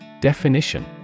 Definition